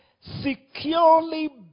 Securely